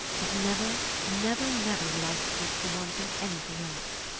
and never, never, never will i stoop to wanting anything else.